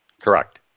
Correct